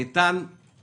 שלום ותודה לכולם.